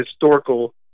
historical